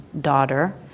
daughter